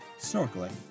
snorkeling